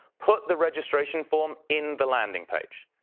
put the registration form in the landing page.